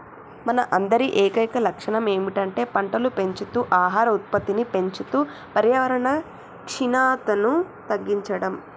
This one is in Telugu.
మన అందరి ఏకైక లక్షణం ఏమిటంటే పంటలు పెంచుతూ ఆహార ఉత్పత్తిని పెంచుతూ పర్యావరణ క్షీణతను తగ్గించడం